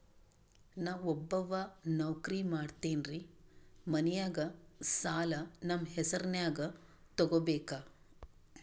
ನಾ ಒಬ್ಬವ ನೌಕ್ರಿ ಮಾಡತೆನ್ರಿ ಮನ್ಯಗ ಸಾಲಾ ನಮ್ ಹೆಸ್ರನ್ಯಾಗ ತೊಗೊಬೇಕ?